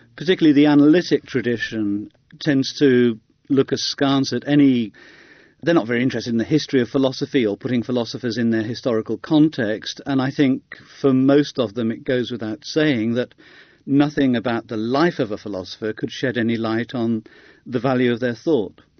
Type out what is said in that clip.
particularly the analytic tradition tends to look askance at any they're not very interested in the history of philosophy, or putting philosophers in their historical context, and i think for most of them it goes without saying that nothing about the life of a philosopher could shed any light on the value of their thought.